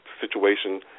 situation